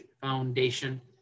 Foundation